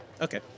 Okay